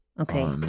Okay